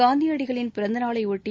காந்தியடிகளின் பிறந்தநாளை ஒட்டி